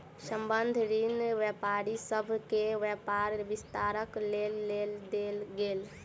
संबंद्ध ऋण व्यापारी सभ के व्यापार विस्तारक लेल देल गेल